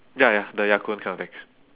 ya ya the Ya Kun kind of eggs